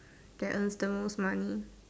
that earns the most money